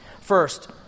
First